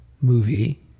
movie